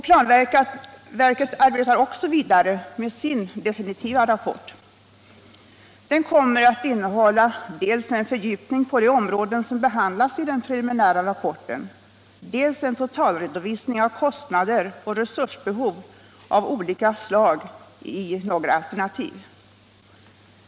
Planverket arbetar också vidare med sin definitiva rapport. Den kommer att innehålla dels en fördjupning på de områden som behandlas i den preliminära rapporten, dels en totalredovisning av kostnader och resursbehov av olika slag i några alternativ.